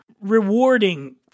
rewarding